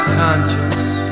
conscience